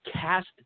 cast